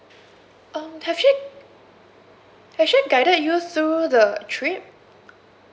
um has she has she guided you through the trip